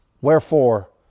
Wherefore